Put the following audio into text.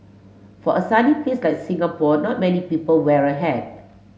for a sunny place like Singapore not many people wear a hat